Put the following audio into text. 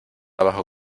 bajo